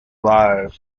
live